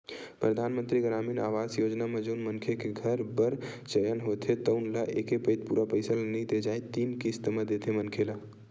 परधानमंतरी गरामीन आवास योजना म जउन मनखे के घर बर चयन होथे तउन ल एके पइत पूरा पइसा ल नइ दे जाए तीन किस्ती म देथे मनखे ल